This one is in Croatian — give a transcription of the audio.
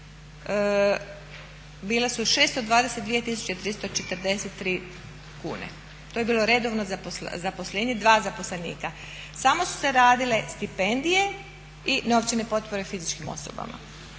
bile su 622.343 kune, to je bilo redovno zaposlenje, dva zaposlenika. Samo su se radile stipendije i novčane potpore fizičkim osobama.